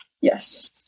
Yes